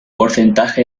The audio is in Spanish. porcentaje